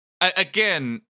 again